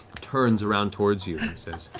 turns around towards you and says,